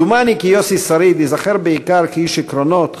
דומני כי יוסי שריד ייזכר בעיקר כאיש עקרונות,